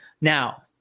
Now